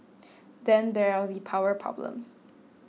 then there are the power problems